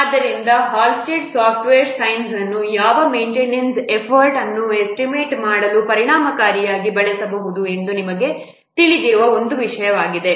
ಆದ್ದರಿಂದ Halstead software science ಅನ್ನು ಯಾವ ಮೇನ್ಟೈನೆನ್ಸ್ ಎಫರ್ಟ್ ಅನ್ನು ಎಸ್ಟಿಮೇಟ್ ಮಾಡಲು ಪರಿಣಾಮಕಾರಿಯಾಗಿ ಬಳಸಬಹುದು ಎಂದು ನಮಗೆ ತಿಳಿದಿರುವ ಒಂದು ವಿಷಯವಾಗಿದೆ